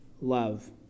love